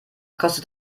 kostet